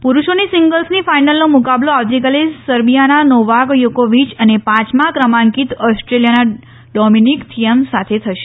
પુરૂષોની સિંગલ્સની ફાઇનલનો મુકાબલો આવતીકાલે સર્બિથાના નોવાક થોકોવિય અને પાંચમાં ક્રમાંકિત ઓસ્ટ્રેલિયાના ડોમીનીક થિએમ સાથે થશે